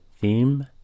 theme